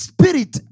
Spirit